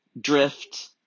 drift